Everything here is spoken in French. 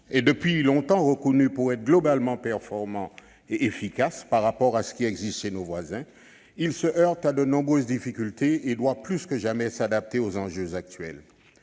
est depuis longtemps reconnu pour être globalement performant et efficace, par rapport à ce qui existe chez nos voisins, il se heurte à de nombreuses difficultés et doit plus que jamais s'adapter aux enjeux actuels.